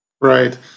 Right